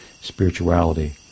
spirituality